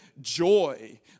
joy